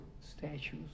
statues